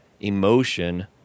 emotion